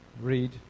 read